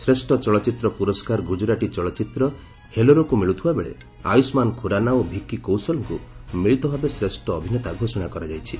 ଶ୍ରେଷ ଚଳଚ୍ଚିତ୍ର ପୁରସ୍କାର ଗୁକୁରାଟୀ ଚଳଚ୍ଚିତ୍ର ହେଲାରୋକୁ ମିଳୁଥିବା ବେଳେ ଆୟୁଷ୍ମାନ୍ ଖୁରାନା ଓ ଭିକି କୌଶଲଙ୍କୁ ମିଳିତ ଭାବେ ଶ୍ରେଷ ଅଭିନେତା ଘୋଷଣା କରାଯାଇଛି